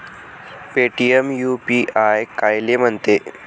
Paytm UPI कायले म्हनते?